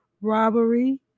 robbery